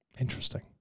Interesting